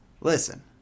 Listen